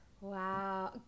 wow